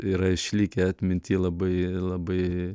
yra išlikę atminty labai labai